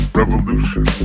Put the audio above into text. revolution